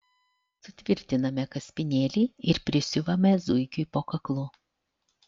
sutvirtiname kaspinėlį ir prisiuvame zuikiui po kaklu